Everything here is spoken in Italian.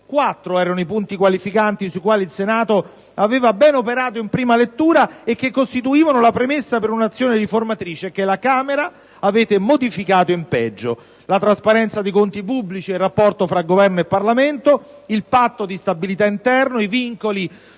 Quattro erano i punti qualificanti sui quali il Senato aveva bene operato in prima lettura, che costituivano la premessa per un'azione riformatrice e che alla Camera avete modificato in peggio: la trasparenza dei conti pubblici e il rapporto tra Governo e Parlamento, il Patto di stabilità interno, i vincoli